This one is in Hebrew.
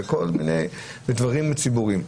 וכל מיני דברים ציבורים.